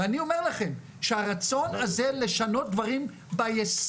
ואני אומר לכם שהרצון הזה לשנות דברים ביסוד,